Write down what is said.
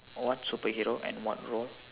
what superhero and what role